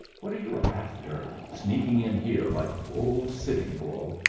what are you after, sneaking in here like old sitting bull,